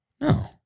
no